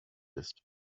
ist